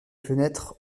fenêtres